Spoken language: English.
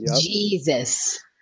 Jesus